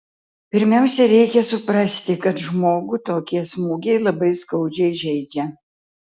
pirmiausia reikia suprasti kad žmogų tokie smūgiai labai skaudžiai žeidžia